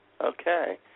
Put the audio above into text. Okay